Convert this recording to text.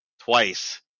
twice